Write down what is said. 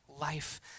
life